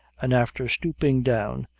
and after stooping down,